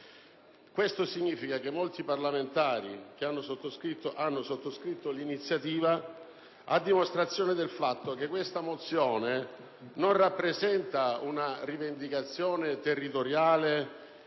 Ciò significa che molti parlamentari hanno sottoscritto l'iniziativa, a dimostrazione del fatto che la mozione in esame non rappresenta una rivendicazione territoriale